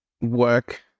work